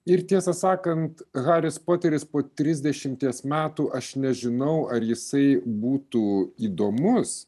ir tiesą sakant haris poteris po trisdešimties metų aš nežinau ar jisai būtų įdomus